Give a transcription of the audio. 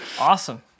Awesome